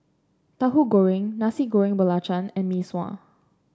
Tahu Goreng Nasi Goreng Belacan and Mee Sua